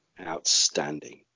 Outstanding